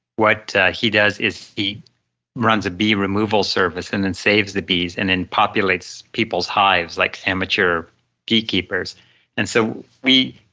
what he does is, he runs a bee removal service and then and saves the bees and then populates people's hives like amateur beekeepers and so we